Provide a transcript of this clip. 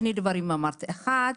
שני דברים אמרת: אחד,